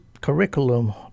curriculum